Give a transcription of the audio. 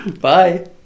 Bye